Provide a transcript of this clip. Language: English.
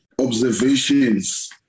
observations